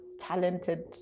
talented